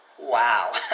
Wow